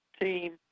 team